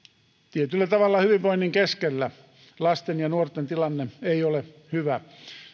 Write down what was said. tietyllä tavalla hyvinvoinnin keskellä lasten ja nuorten tilanne ei ole hyvä